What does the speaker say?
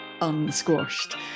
unsquashed